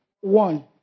one